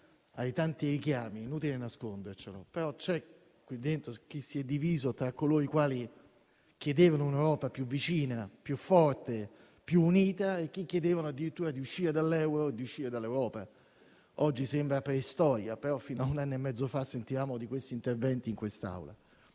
ai tanti richiami, è inutile nasconderci, però c'è qui dentro chi si è diviso tra coloro i quali chiedevano un'Europa più vicina, più forte e più unita, e chi chiedeva addirittura di uscire dall'euro e dall'Europa. Oggi sembra preistoria, ma fino a un anno e mezzo fa sentivamo questi discorsi in quest'Aula.